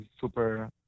super